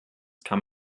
kam